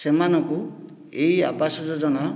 ସେମାନଙ୍କୁ ଏହି ଆବାସ ଯୋଜନା